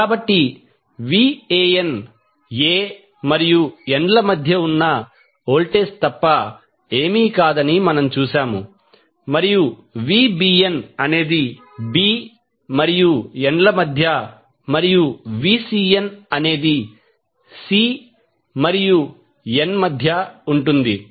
కాబట్టి Van a మరియు n ల మధ్య ఉన్న వోల్టేజ్ తప్ప ఏమీ కాదని మనం చూశాము మరియు Vbn అనేది b మరియు n మధ్య మరియు Vcn అనేది c మరియు n మధ్య ఉంటుంది